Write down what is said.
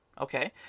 Okay